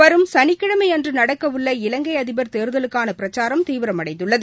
வரும் சனிக்கிழமை அன்று நடக்கவுள்ள இலங்கை அதிபர் தேர்தலுக்கான பிரச்சாரம் தீவிரமடைந்துள்ளது